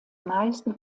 meisten